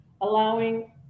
allowing